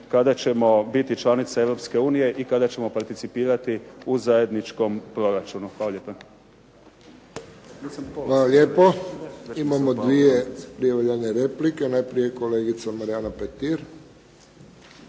kada ćemo biti članica Europske unije i kada ćemo participirati u zajedničkom proračunu. Hvala lijepa. **Friščić, Josip (HSS)** Hvala lijepo. Imamo dvije prijavljene replike. Najprije kolegica Marijana Petir.